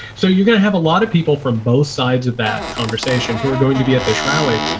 so you're going to have a lot of people from both sides of that conversation who are going to be at this rally.